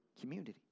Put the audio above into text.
community